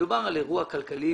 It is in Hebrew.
מדובר על אירוע כלכלי